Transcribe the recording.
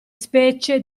specie